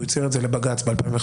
הוא הצהיר על כך לבג"ץ ב-2015.